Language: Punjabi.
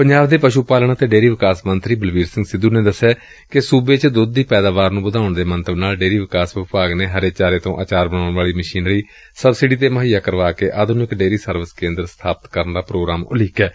ਪੰਜਾਬ ਦੇ ਪਸ਼ੁ ਪਾਲਣ ਅਤੇ ਡੇਅਰੀ ਵਿਕਾਸ ਮੰਤਰੀ ਬਲਬੀਰ ਸਿੰਘ ਸਿੱਧੁ ਨੇ ਦੱਸਿਆ ਕਿ ਸੁਬੇ ਵਿੱਚ ਦੁੱਧ ਦੀ ਪੈਦਾਵਾਰ ਨੂੰ ਵਧਾਉਣ ਦੇ ਮੰਤਵ ਨਾਲ ਡੇਅਰੀ ਵਿਕਾਸ ਵਿਭਾਗ ਨੇ ਹਰੇ ਚਾਰੇ ਤੋਂ ਆਚਾਰ ਬਣਾਉਣ ਵਾਲੀ ਮਸ਼ੀਨਰੀ ਸਬਸਿਡੀ ਉਪਰ ਮੁਹੱਈਆ ਕਰਵਾਕੇ ਆਧੁਨਿਕ ਡੇਅਰੀ ਸਰਵਿਸ ਕੇਂਦਰ ਸਬਾਪਤ ਕਰਨ ਦਾ ਪ੍ਰੋਗਰਾਮ ਉਲੀਕਿਐ